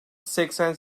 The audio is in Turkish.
seksen